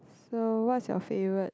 so what's your favourite